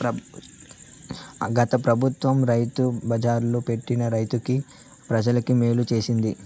గత పెబుత్వం రైతు బజార్లు పెట్టి రైతులకి, ప్రజలకి మేలు చేసింది